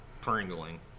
pringling